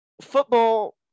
football